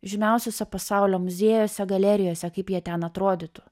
žymiausiuose pasaulio muziejuose galerijose kaip jie ten atrodytų